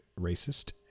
racist